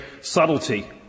subtlety